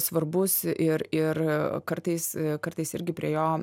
svarbus ir ir kartais kartais irgi prie jo